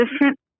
different